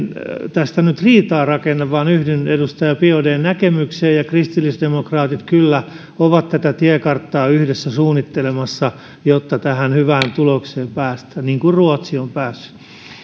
tästä nyt riitaa rakenna vaan yhdyn edustaja biaudetn näkemykseen ja kristillisdemokraatit kyllä ovat tätä tiekarttaa yhdessä suunnittelemassa jotta tähän hyvään tulokseen päästään niin kuin ruotsi on päässyt